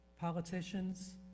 politicians